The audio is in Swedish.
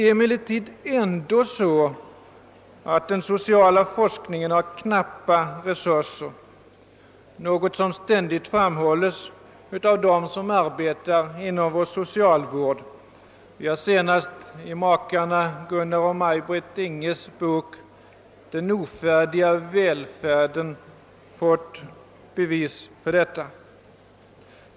Ändå har den sociala forskningen knappa resurser, något som ständigt framhålles av dem som arbetar inom vår socialvård. Vi har senast i makarna Gunnar och Maj-Britt Inghes bok »Den ofärdiga välfärden» fått bevis för detta.